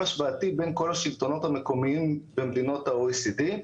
השוואתי בין כל השלטונות המקומיים במדינות ה-OECD,